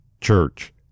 church